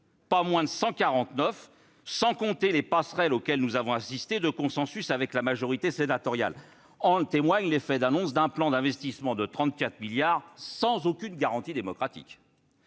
pas moins de 149, sans compter les passerelles de consensus établies avec la majorité sénatoriale. En témoigne l'effet d'annonce d'un plan d'investissement de 34 milliards d'euros sans aucune garantie démocratique.